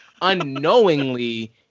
unknowingly